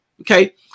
Okay